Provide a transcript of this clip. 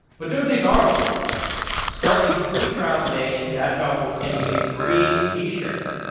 but don't take our word for it start a free trial today and datadog will send you a free t-shirt.